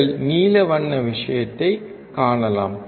நீங்கள் நீல வண்ண விஷயத்தைக் காணலாம்